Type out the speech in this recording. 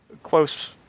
close